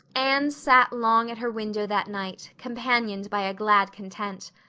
anne sat long at her window that night companioned by a glad content.